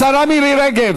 השרה מירי רגב.